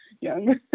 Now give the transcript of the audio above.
young